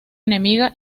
enemiga